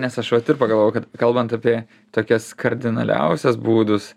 nes aš vat ir pagalvojau kad kalbant apie tokias kardinaliausias būdus